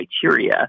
criteria